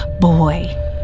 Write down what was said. boy